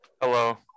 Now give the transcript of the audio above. Hello